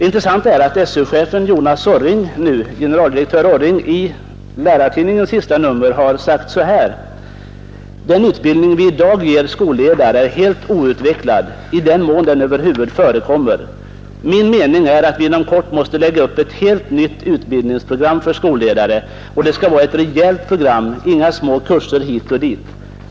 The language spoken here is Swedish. Intressant är att SÖ-chefen generaldirektör Jonas Orring i Lärartidningens Nr 58 senaste nummer har sagt: ”Den utbildning vi idag ger skolledare är helt Fredagen den outvecklad, i den mån den överhuvud förekommer. Min mening är att vi 14 april 1972 inom kort måste lägga upp ett helt nytt utbildningsprogram för skolledare. Och det ska vara ett rejält program — inga små kurser hit och dit.